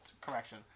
correction